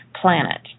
planet